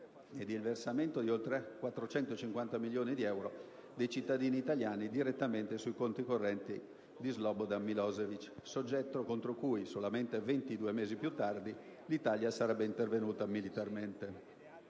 il versamento di oltre 450 milioni di euro dei cittadini italiani direttamente sui conti correnti di Slobodan Milosevic, soggetto contro cui, solamente 22 mesi più tardi, l'Italia sarebbe intervenuta militarmente.